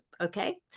Okay